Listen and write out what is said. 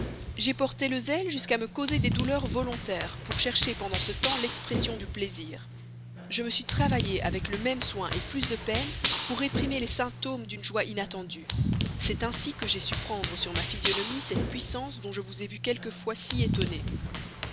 j'ai porté le zèle jusqu'à me causer des douleurs volontaires pour chercher pendant ce temps l'expression du plaisir je me suis travaillée avec le même soin plus de peine pour réprimer les symptômes d'une joie inattendue c'est ainsi que j'ai su prendre sur ma physionomie cette puissance dont je vous ai vu quelquefois si étonné